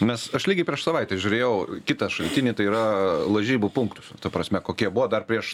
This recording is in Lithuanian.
nes aš lygiai prieš savaitę žiūrėjau kitą šaltinį tai yra lažybų punktus ta prasme kokie buvo dar prieš